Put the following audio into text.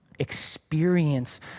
experience